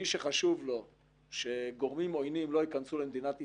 מי שחשוב לו שגורמים עוינים לא ייכנסו למדינת ישראל,